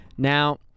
Now